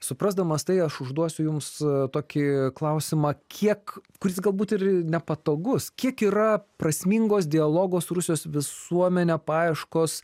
suprasdamas tai aš užduosiu jums tokį klausimą kiek kuris galbūt ir nepatogus kiek yra prasmingos dialogo su rusijos visuomene paieškos